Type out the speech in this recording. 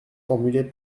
formulées